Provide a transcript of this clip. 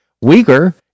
weaker